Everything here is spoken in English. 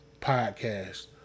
podcast